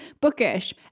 bookish